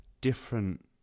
different